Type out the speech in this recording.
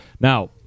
Now